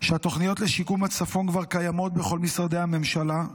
שהתוכניות לשיקום הצפון כבר קיימות בכל משרדי הממשלה.